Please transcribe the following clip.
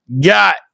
got